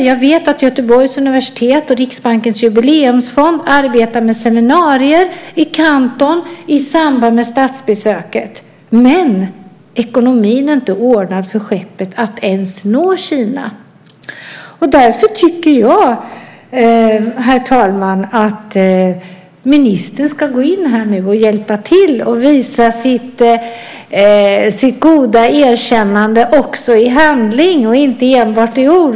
Jag vet att Göteborgs universitet och Riksbankens Jubileumsfond arbetar med seminarier i Kanton i samband med statsbesöket. Men ekonomin är inte ordnad för skeppet att ens nå Kina. Därför tycker jag, herr talman, att ministern ska gå in här nu och hjälpa till och visa sitt goda erkännande också i handling och inte enbart i ord.